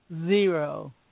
zero